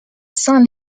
saint